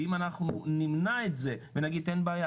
ואם אנחנו נמנע את זה ונגיד: אין בעיה,